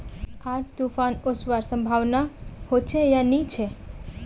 आज तूफ़ान ओसवार संभावना होचे या नी छे?